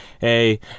hey